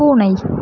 பூனை